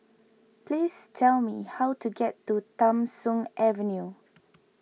please tell me how to get to Tham Soong Avenue